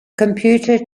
computer